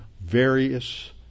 various